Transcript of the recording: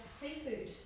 seafood